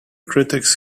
critics